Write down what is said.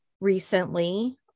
recently